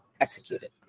executed